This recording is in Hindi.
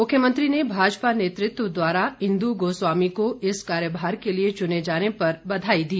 मुख्यमंत्री ने भाजपा नेतृत्व द्वारा इंदु गोस्वामी को इस कार्यभार के लिए चुने जाने पर बधाई दी